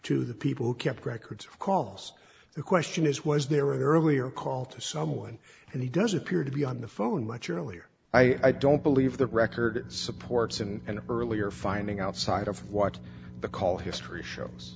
to the people who kept records of calls the question is was there earlier call to someone and he does appear to be on the phone much earlier i don't believe the record supports and earlier finding outside of what the call history shows